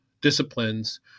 disciplines